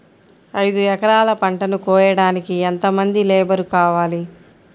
ఐదు ఎకరాల పంటను కోయడానికి యెంత మంది లేబరు కావాలి?